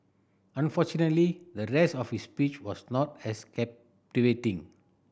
unfortunately the rest of his speech was not as captivating